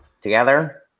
together